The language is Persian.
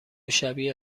شبیه